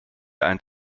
ein